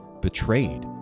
betrayed